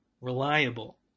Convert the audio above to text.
reliable